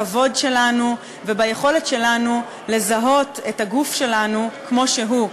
בכבוד שלנו וביכולת שלנו לזהות את הגוף שלנו כמו שהוא,